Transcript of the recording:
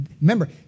remember